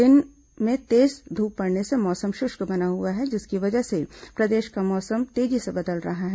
दिन में तेज धूप पड़ने से मौसम शुष्क बना हुआ है जिसकी वजह से प्रदेश का मौसम तेजी से बदल रहा है